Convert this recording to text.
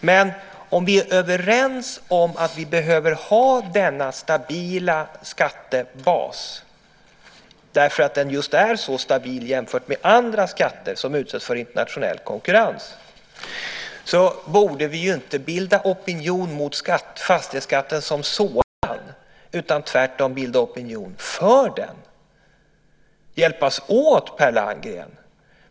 Men om vi är överens om att vi behöver ha denna stabila skattebas därför att den just är stabil jämfört med andra skatter som utsätts för internationell konkurrens, borde vi inte bilda opinion mot fastighetsskatten som sådan utan tvärtom bilda opinion för den, hjälpas åt, Per Landgren.